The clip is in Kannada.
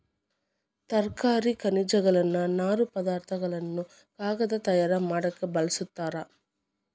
ತರಕಾರಿ ಖನಿಜಗಳನ್ನ ನಾರು ಪದಾರ್ಥ ಗಳನ್ನು ಕಾಗದಾ ತಯಾರ ಮಾಡಾಕ ಬಳಸ್ತಾರ